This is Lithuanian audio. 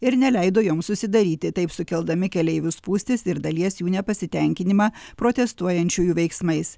ir neleido joms užsidaryti taip sukeldami keleivių spūstis ir dalies jų nepasitenkinimą protestuojančiųjų veiksmais